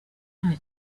nta